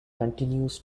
continues